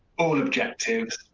all objectives,